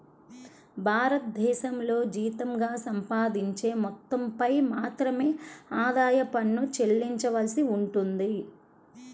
భారతదేశంలో జీతంగా సంపాదించే మొత్తంపై మాత్రమే ఆదాయ పన్ను చెల్లించవలసి ఉంటుంది